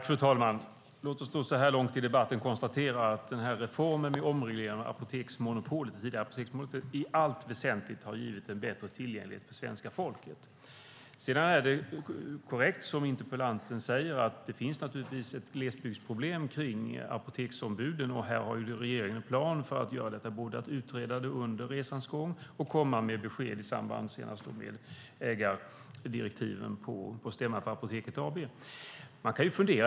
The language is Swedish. Fru talman! Låt oss så här långt i debatten konstatera att reformen vid omregleringen av apoteksmonopolet i allt väsentligt givit en bättre tillgänglighet för svenska folket. Sedan är det korrekt, som interpellanten säger, att det naturligtvis finns ett glesbygdsproblem kring apoteksombuden. Här har regeringen en plan för att både utreda detta under resans gång och att komma med besked om ägardirektiven senast på stämman för Apoteket AB.